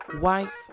wife